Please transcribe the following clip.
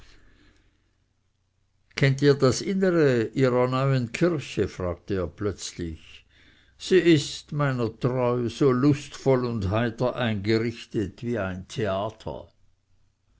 kennt ihr das innere ihrer neuen kirche fragte er plötzlich sie ist meiner treu so lustvoll und heiter eingerichtet wie ein theater